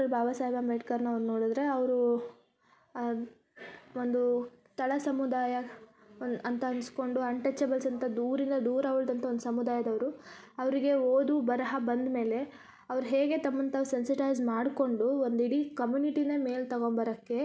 ಬಾಬಾ ಸಾಹೇಬ್ ಅಂಬೇಡ್ಕರ್ನ ನಾವು ನೋಡಿದರೆ ಅವರು ಒಂದು ತಳ ಸಮುದಾಯ ಅಂತ ಅನ್ಸ್ಕೊಂಡು ಅನ್ಟಚೇಬಲ್ಸ್ ಅಂತ ದೂರಿಂದ ದೂರ ಉಳ್ಸ್ಕೊಂಡಂಥ ಒಂದು ಸಮುದಾಯದವರು ಅವರಿಗೆ ಓದು ಬರಹ ಬಂದ್ಮೇಲೆ ಅವ್ರ ಹೇಗೆ ತಮ್ಮನ ತಾವು ಸೆನ್ಸೆಟೈಸ್ ಮಾಡ್ಕೊಂಡು ಒಂದು ಇಡೀ ಕಮ್ಯೂನಿಟಿನೆ ಮೇಲೆ ತಗೊಂಬರಕೆ